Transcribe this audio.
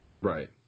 Right